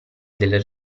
del